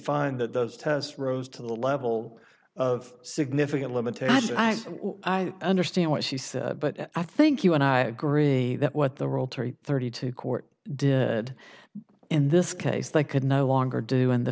find that those tests rose to the level of significant limitation i think i understand what she said but i think you and i agree that what the role terri thirty two court did in this case they could no longer do in the